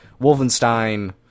Wolfenstein